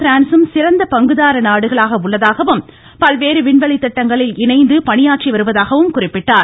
பிரான்ஸும் சிறந்த பங்குதார நாடுகளாக உள்ளதாகவும் பல்வேறு விண்வெளி திட்டங்களில் இணைந்து பணியாற்றி வருவதாகவும் குறிப்பிட்டார்